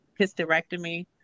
hysterectomy